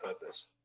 purpose